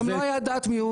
זה גם לא היה דעת מיעוט,